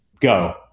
go